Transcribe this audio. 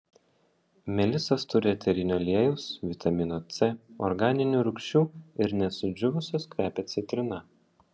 melisos turi eterinio aliejaus vitamino c organinių rūgščių ir net sudžiūvusios kvepia citrina